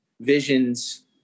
visions